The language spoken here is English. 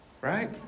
Right